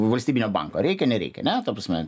valstybinio banko reikia nereikia ne ta prasme